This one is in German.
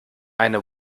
eine